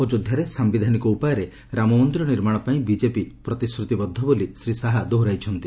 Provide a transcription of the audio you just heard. ଅଯୋଧ୍ୟାରେ ସାୟିଧାନିକ ଉପାୟରେ ରାମମନ୍ଦିର ନିର୍ମାଣ ପାଇଁ ବିଜେପି ପ୍ରତିଶ୍ରତିବଦ୍ଧ ବୋଲି ଶ୍ରୀ ଶାହା ଦୋହରାଇଛନ୍ତି